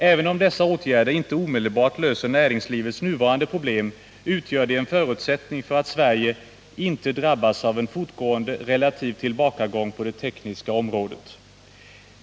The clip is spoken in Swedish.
Även om dessa åtgärder inte omedelbart löser näringslivets nuvarande problem, utgör de en förutsättning för att Sverige inte drabbas av en fortgående relativ tillbakagång på det tekniska området.